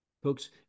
Folks